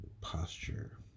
posture